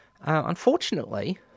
Unfortunately